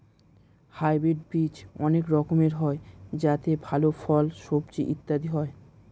hybrid বীজ অনেক রকমের হয় যাতে ভালো ফল, সবজি ইত্যাদি হয়